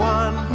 one